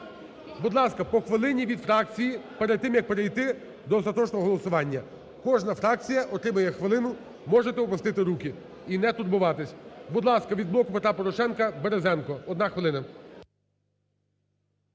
Будь ласка, по хвилині від фракцій перед тим, як перейти до остаточного голосування. Кожна фракція отримує хвилину. Можете опустити руки і не турбуватись. Будь ласка, від "Блоку Петра Порошенка" Березенко. Одна хвилина.